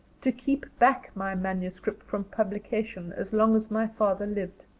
to keep back my manuscript from publication as long as my father lived.